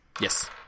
Yes